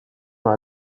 dans